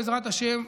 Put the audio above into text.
בעזרת השם,